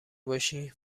باشی